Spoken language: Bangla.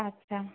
আচ্ছা